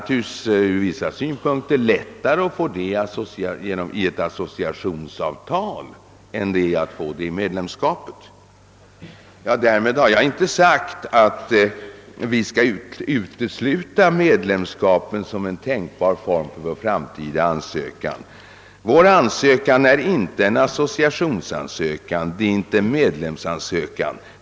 Från vissa synpunkter är det lättare att få detta vid ett associationsavtal än vid ett medlemskap. Därmed har jag emellertid inte sagt att vi skall utesluta medlemskapet som en tänkbar form för vår framtida ansökan, som inte är vare sig en associationseller en medlemsansökan.